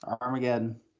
Armageddon